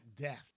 Death